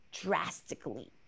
drastically